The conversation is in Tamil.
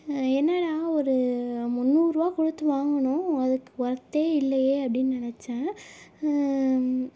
என்னடா ஒரு முந்நூறுரூவா கொடுத்து வாங்குனோம் அதுக்கு வொர்தே இல்லையே அப்படின்னு நினைச்சேன்